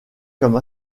comme